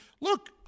look